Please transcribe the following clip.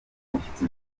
umushyitsi